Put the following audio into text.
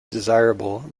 desirable